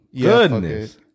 Goodness